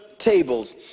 tables